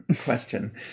question